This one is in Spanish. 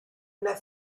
una